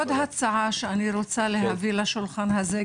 הצעה נוספת שאני רוצה להביא לשולחן הזה,